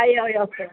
അയ്യോ ഓക്കെ